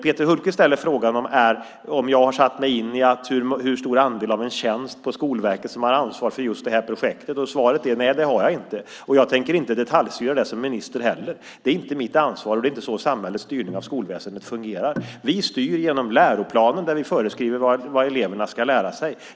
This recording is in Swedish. Peter Hultqvist ställer frågan om jag har satt mig in i hur stor andel av en tjänst på Skolverket som har ansvar för just det här projektet. Svaret är att jag inte har gjort det. Jag tänker inte heller detaljstyra det som minister. Det är inte mitt ansvar, och det är inte så samhällets styrning av skolväsendet fungerar. Vi styr genom läroplanen, där vi föreskriver vad eleverna ska lära sig.